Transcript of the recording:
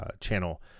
channel